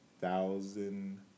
thousand